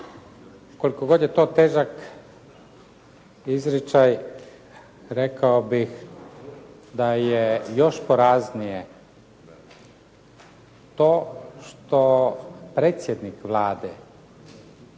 Koliko god je to težak izričaj rekao bih da je još poraznije to što predsjednik Vlade